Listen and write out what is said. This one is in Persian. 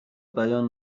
بیان